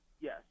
Yes